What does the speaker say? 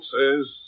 says